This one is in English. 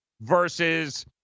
versus